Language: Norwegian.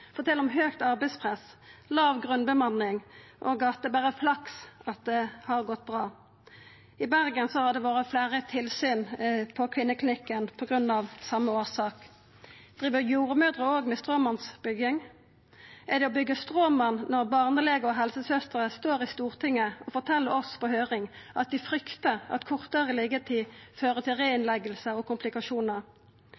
fortel om høgt arbeidspress, låg grunnbemanning og at det berre er flaks at det har gått bra. I Bergen har det vore fleire tilsyn på kvinneklinikken av same årsak. Driv jordmødrene òg med stråmannsbygging? Er det å byggja stråmann når barnelegar og helsesøstrer står i Stortinget og fortel oss på høyring at dei fryktar at kortare liggjetid fører til